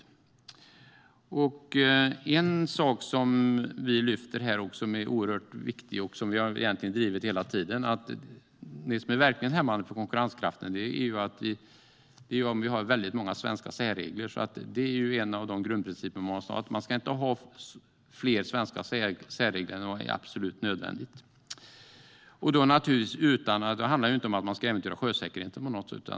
En oerhört viktig sak som vi lyfter fram här och som vi har drivit hela tiden är att det är hämmande för konkurrenskraften om vi har många svenska särregler. En av grundprinciperna måste vara att vi inte ska ha fler svenska särregler än vad som är absolut nödvändigt. Det handlar inte om att man ska äventyra sjösäkerheten på något sätt.